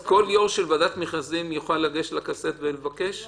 כל יו"ר של ועדת מכרזים יוכל לגשת לכספת ולבקש?